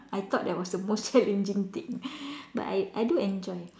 I thought that was the most challenging thing but I I do enjoy